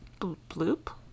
Bloop